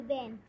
Ben